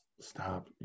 stop